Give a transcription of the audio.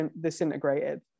disintegrated